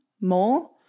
more